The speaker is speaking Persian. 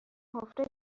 حفره